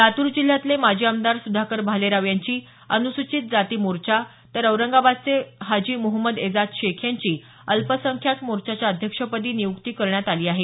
लातूर जिल्ह्यातले माजी आमदार सुधाकर भालेराव यांची अनुसूचित जाती मोर्चा तर औरंगाबादचे हाजी मोहमद एजाज शेख यांची अल्पसंख्याक मोर्चाच्या अध्यक्षपदी नियुक्ती करण्यात आली आहे